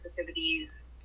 sensitivities